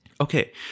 Okay